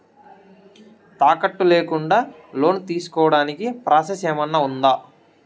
తాకట్టు లేకుండా లోను తీసుకోడానికి ప్రాసెస్ ఏమన్నా ఉందా?